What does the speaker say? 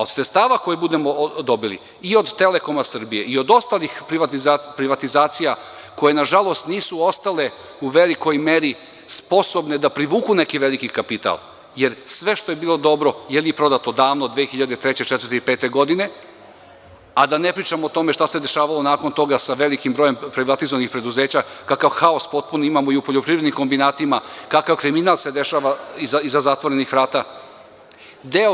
Od sredstava koje budemo dobili, i od „Telekoma Srbije“ i od ostalih privatizacija, koje, nažalost, nisu ostale u velikoj meri sposobne da privuku neki veliki kapital, jer sve što je bilo dobro, ili je prodato davno, još 2003, 2004. i 2005. godine, a da ne pričam o tome šta se dešavalo nakon toga sa velikim brojem privatizovanih preduzeća, kakav potpuni haos imamo u poljoprivrednim kombinatima, kakav kriminal se dešava iza zatvorenih vrata, itd.